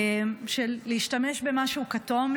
להשתמש במשהו כתום,